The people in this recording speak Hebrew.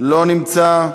לא נמצא,